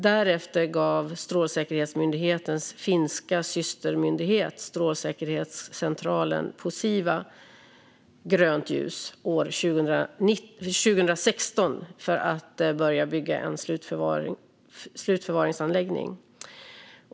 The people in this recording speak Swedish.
Därefter gav Strålsäkerhetsmyndighetens finska systermyndighet, strålsäkerhetscentralen Posiva, år 2016 grönt ljus för att börja bygga en slutförvaringsanläggning.